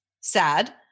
sad